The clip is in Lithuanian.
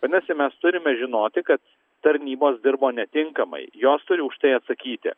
vadinasi mes turime žinoti kad tarnybos dirbo netinkamai jos turi už tai atsakyti